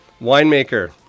Winemaker